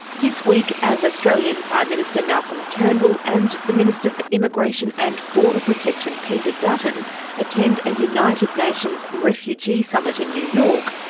this week, as australian prime minister malcolm turnbull and the minister for immigration and border protection peter dutton attend a united nations refugee summit in new york,